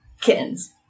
kittens